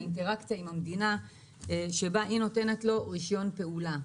לאינטראקציה עם המדינה שבה היא נותנת לו רישיון פעולה.